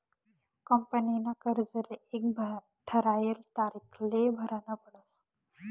कंपनीना कर्जले एक ठरायल तारीखले भरनं पडस